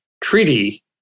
Treaty